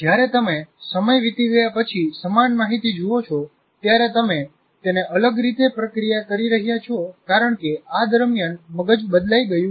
જ્યારે તમે સમય વિતી ગયા પછી સમાન માહિતી જુઓ છો ત્યારે તમે તેને અલગ રીતે પ્રક્રિયા કરી રહ્યા છો કારણ કે આ દરમિયાન મગજ બદલાઈ ગયું છે